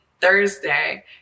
Thursday